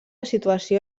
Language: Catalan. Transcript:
situació